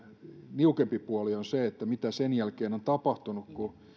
niukempi puoli on se mitä sen jälkeen on tapahtunut kun